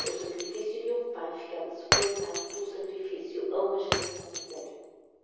o sacrificio de um pae ficava supplantado pelo sacrificio a uma geração inteira